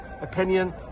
opinion